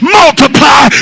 multiply